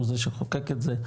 שהוא זה שחוקק את זה,